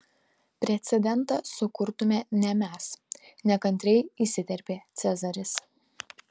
precedentą sukurtume ne mes nekantriai įsiterpė cezaris